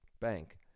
Bank